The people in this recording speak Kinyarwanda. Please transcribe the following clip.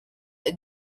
muri